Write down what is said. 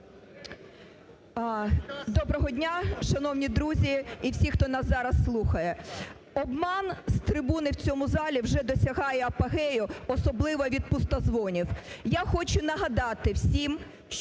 Доброго дня, шановні друзі і всі, хто нас зараз слухає! Обман з трибуни в цьому залі вже досягає апогею, особливо від пустозвонів. Я хочу нагадати всім,